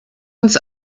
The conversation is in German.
uns